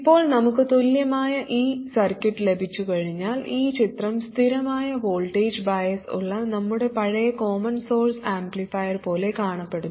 ഇപ്പോൾ നമുക്ക് തുല്യമായ ഈ സർക്യൂട്ട് ലഭിച്ചുകഴിഞ്ഞാൽ ഈ ചിത്രം സ്ഥിരമായ വോൾട്ടേജ് ബയസ് ഉള്ള നമ്മുടെ പഴയ കോമൺ സോഴ്സ് ആംപ്ലിഫയർ പോലെ കാണപ്പെടുന്നു